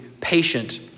patient